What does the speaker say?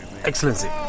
Excellency